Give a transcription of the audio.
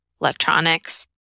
electronics